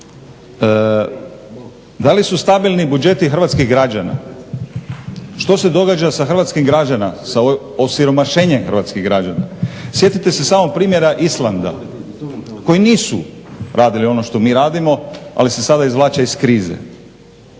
da li su stabilni budžeti hrvatskih građana, što se događa sa hrvatskim građanima, sa osiromašenjem hrvatskih građana. Sjetite se samo primjera Islanda koji nisu radili ono što mi radimo, ali se sada izvlače iz krize.